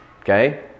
Okay